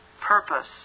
purpose